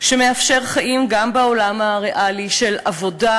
שמאפשר חיים גם בעולם הריאלי של עבודה,